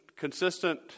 consistent